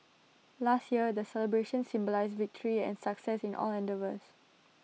last year the celebrations symbolised victory and success in all endeavours